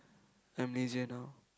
I am lazier now